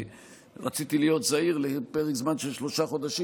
רציתי להיות זהיר לפרק זמן של שלושה חודשים,